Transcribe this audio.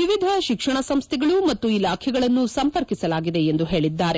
ವಿವಿಧ ಶಿಕ್ಷಣ ಸಂಸ್ಥೆಗಳು ಮತ್ತು ಇಲಾಖೆಗಳನ್ನು ಸಂಪರ್ಕಿಸಲಾಗಿದೆ ಎಂದು ಹೇಳಿದ್ದಾರೆ